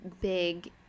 big